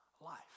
life